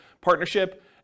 partnership